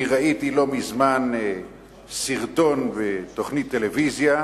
אני ראיתי לא מזמן סרטון בתוכנית טלוויזיה,